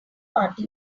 party